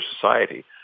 society